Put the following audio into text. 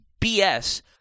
BS